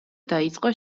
დაიწყო